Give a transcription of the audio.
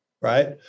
right